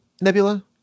Nebula